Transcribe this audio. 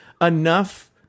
enough